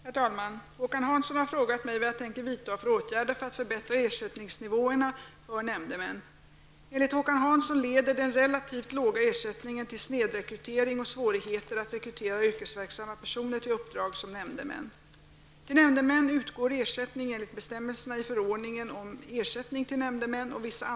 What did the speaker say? Herr talman! Håkan Hansson har frågat mig vad jag tänker vidta för åtgärder för att förbättra ersättningsnivåerna för nämndemän. Enligt Håkan Hansson leder den relativt låga ersättningen till snedrekrytering och svårigheter att rekrytera yrkesverksamma personer till uppdrag som nämndemän. per dag.